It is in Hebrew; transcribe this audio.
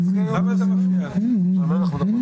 לרעיון.